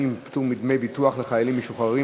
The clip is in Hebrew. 160) (פטור מדמי ביטוח לחיילים משוחררים),